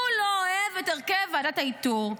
הוא לא אוהב את הרכב ועדת האיתור.